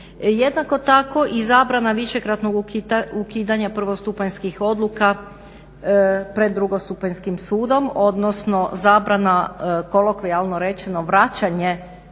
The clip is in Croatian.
Jednako tako i zabrana višekratno ukidanje prvostupanjskih odluka pred drugostupanjskim sudom, odnosno zabrana kolokvijalno rečeno vraćanje